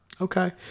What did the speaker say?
Okay